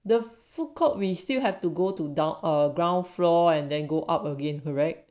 the food court we still have to go to down a ground floor and then go up again correct